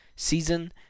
season